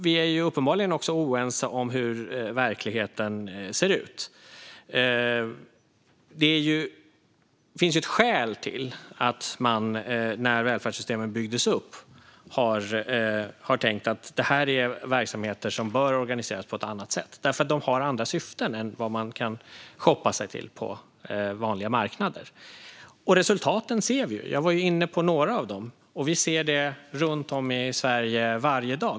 Vi är uppenbarligen också oense om hur verkligheten ser ut. Det finns skäl till att man när man byggde upp välfärdssystemen tänkte att det är verksamheter som bör organiseras på ett annat sätt; de har nämligen andra syften än man kan shoppa sig till på vanliga marknader. Resultaten ser vi ju. Jag var inne på några av dem. Runt om i Sverige ser vi det varje dag.